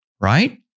right